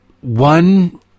one